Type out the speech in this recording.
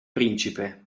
principe